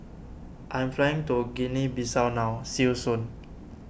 I am flying to Guinea Bissau now see you soon